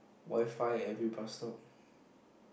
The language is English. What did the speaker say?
modify every bus stop